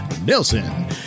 Nelson